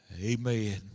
Amen